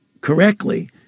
correctly